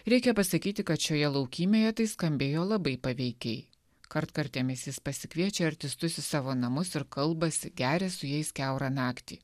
reikia pasakyti kad šioje laukymėje tai skambėjo labai paveikiai kartkartėmis jis pasikviečia artistus į savo namus ir kalbasi geria su jais kiaurą naktį